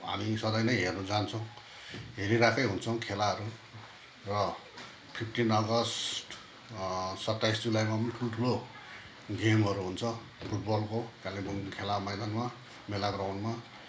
हामी सधैँ नै हेर्नु जान्छौँ हेरिरहेकै हुन्छौँ खेलाहरू र फिफ्टिन अगस्त सत्ताइस जुलाईमा पनि ठुलो ठुलो गेमहरू हुन्छ फुटबलको कालेबुङ खेला मैदानमा मेला ग्राउन्डमा